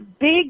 big